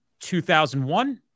2001